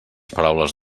paraules